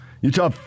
Utah